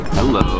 Hello